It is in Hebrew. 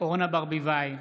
אורנה ברביבאי,